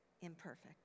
imperfect